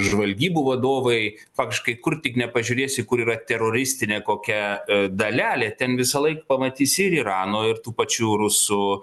žvalgybų vadovai faktiškai kur tik nepažiūrėsi kur yra teroristinė kokia dalelė ten visąlaik pamatysi ir irano ir tų pačių rusų